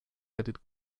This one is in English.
headed